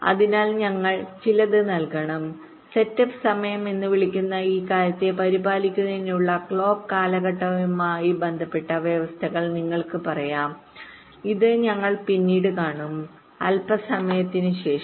അതിനാൽ ഞങ്ങൾ ചിലത് നൽകണം സെറ്റപ്പ് സമയം എന്ന് വിളിക്കുന്ന ഈ കാര്യത്തെ പരിപാലിക്കുന്നതിനുള്ള ക്ലോക്ക് കാലഘട്ടവുമായി ബന്ധപ്പെട്ട വ്യവസ്ഥകൾ നിങ്ങൾക്ക് പറയാം ഇത് ഞങ്ങൾ പിന്നീട് കാണും അൽപ്പസമയത്തിന് ശേഷം